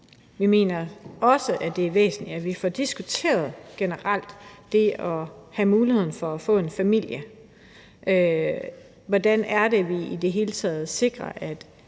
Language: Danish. Vi mener, det er væsentligt, at vi generelt får diskuteret det at have muligheden for at få en familie – hvordan er det, vi i det hele taget sikrer